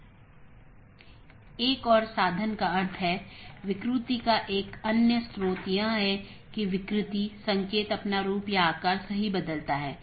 इसलिए EBGP साथियों के मामले में जब हमने कुछ स्लाइड पहले चर्चा की थी कि यह आम तौर पर एक सीधे जुड़े नेटवर्क को साझा करता है